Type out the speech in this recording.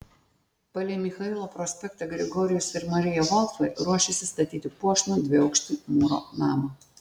palei michailo prospektą grigorijus ir marija volfai ruošėsi statyti puošnų dviaukštį mūro namą